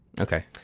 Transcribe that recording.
Okay